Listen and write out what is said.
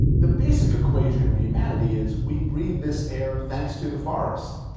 the basic equation of humanity is, we breathe this air, thanks to the forest.